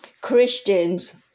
Christians